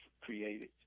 created